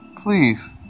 please